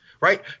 right